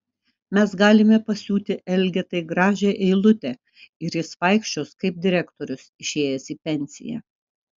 mes galime pasiūti elgetai gražią eilutę ir jis vaikščios kaip direktorius išėjęs į pensiją